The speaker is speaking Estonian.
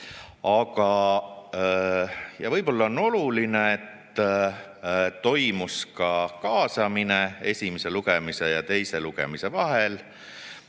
olnud. Võib-olla on oluline, et toimus ka kaasamine esimese lugemise ja teise lugemise vahel.